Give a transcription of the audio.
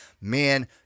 man